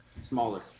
smaller